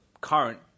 current